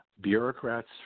bureaucrats